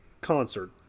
concert